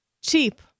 cheap